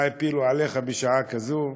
מה הפילו עליך בשעה כזאת?